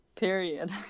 Period